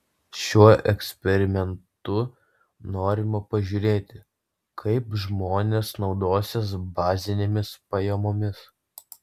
šiuo eksperimentu norima pažiūrėti kaip žmonės naudosis bazinėmis pajamomis